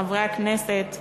חברי הכנסת,